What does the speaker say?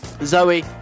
Zoe